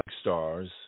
Stars